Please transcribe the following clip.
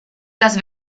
las